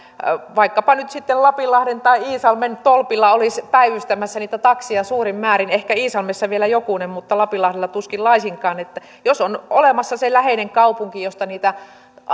vaikkapa nyt sitten lapinlahden tai iisalmen tolpilla olisi päivystämässä niitä takseja suurin määrin ehkä iisalmessa vielä jokunen mutta lapinlahdella tuskin laisinkaan jos on olemassa se läheinen kaupunki